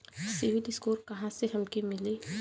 CIBIL score कहाँसे हमके मिली?